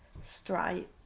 stripe